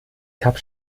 kap